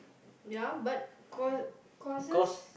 yeah but course courses